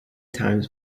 times